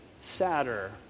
sadder